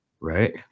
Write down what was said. Right